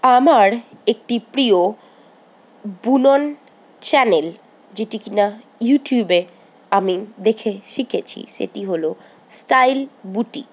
আমার একটি প্রিয় বুনন চ্যানেল যেটি কি না ইউটিউবে আমি দেখে শিখেছি সেটি হল স্টাইল বুটিক